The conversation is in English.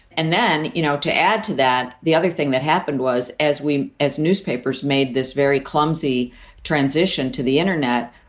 and then, you know, to add to that, the other thing that happened was as we as newspapers made this very clumsy transition to the internet,